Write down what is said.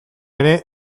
ere